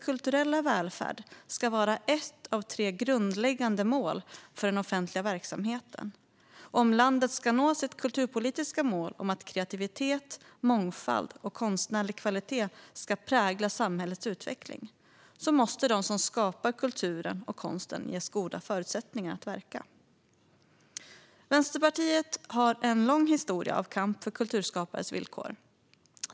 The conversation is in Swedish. kulturella välfärd" ska vara ett av tre "grundläggande mål för den offentliga verksamheten", och om landet ska nå sitt kulturpolitiska mål om att "kreativitet, mångfald och konstnärlig kvalitet ska prägla samhällets utveckling", måste de som skapar kulturen och konsten ges goda förutsättningar att verka. Vänsterpartiet har en lång historia av kamp för kulturskapares villkor.